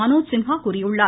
மனோஜ் சின்ஹா கூறியுள்ளார்